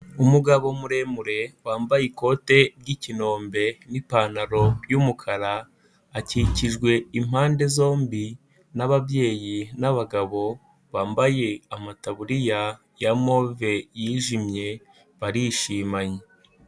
Umugabo muremure wambaye ikote ry'ikinombe n'ipantaro y'umukara, akikijwe impande zombi n'ababyeyi, n'abagabo bambaye amataburiya ya move yijimye, barishimanye.